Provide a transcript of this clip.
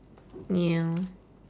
yeah